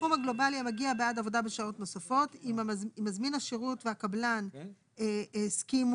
התחשבנות בין מזמין השירות לקבלן במהלך ההתקשרות 8. (3) הסכום